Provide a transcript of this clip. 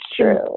true